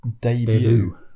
debut